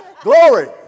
Glory